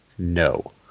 No